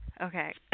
Okay